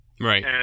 Right